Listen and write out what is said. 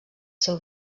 seu